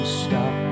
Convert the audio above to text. stop